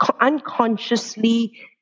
unconsciously